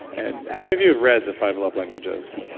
and how many of you have read the five love languages?